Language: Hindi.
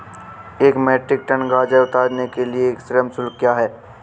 एक मीट्रिक टन गाजर उतारने के लिए श्रम शुल्क क्या है?